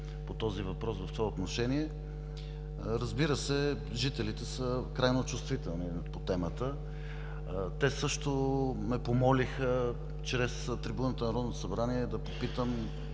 по този въпрос вече са предприети. Разбира се, жителите са крайно чувствителни по темата. Те ме помолиха също чрез трибуната на Народно събрание да попитам